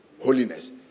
holiness